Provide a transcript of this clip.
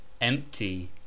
empty